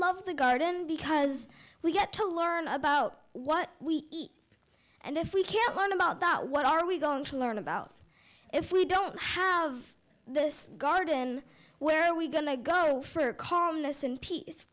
love the garden because we get to learn about what we eat and if we can't learn about that what are we going to learn about if we don't have this garden where are we going to go for calmness and peace